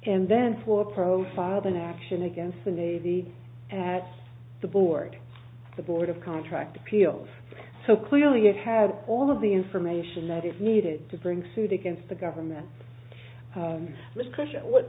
and then four profiled in action against the navy at the board the board of contract appeals so clearly it had all of the information that it needed to bring suit against the government